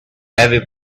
every